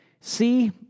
see